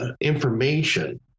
information